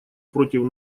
против